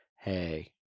hey